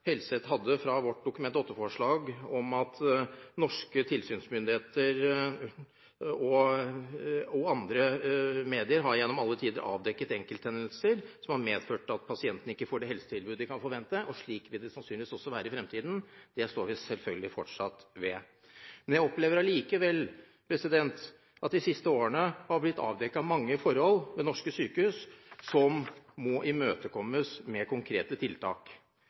Helseth hadde fra vårt Dokument 8-forslag – at norske tilsynsmyndigheter og norske medier gjennom alle tider har avdekket enkelthendelser som har medført at pasientene ikke får det helsetilbudet de kan forvente, og slik vil det sannsynligvis være i fremtiden – står vi selvfølgelig fortsatt ved. Jeg opplever allikevel at det de siste årene har blitt avdekket mange forhold ved norske sykehus som må imøtekommes med konkrete tiltak.